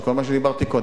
שכל מה שדיברתי קודם,